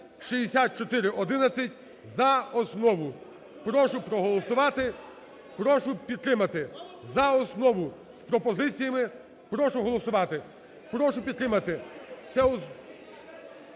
6614 – за основу. Прошу проголосувати, прошу підтримати за основу з пропозиціями. Прошу проголосувати, прошу підтримати…